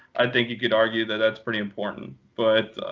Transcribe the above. i think you could argue that that's pretty important. but